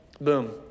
Boom